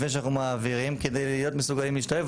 שאנחנו מעבירים כדי להיות מסוגלים להשתבב,